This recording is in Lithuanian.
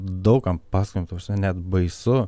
daug kam pasakojam ta prasme net baisu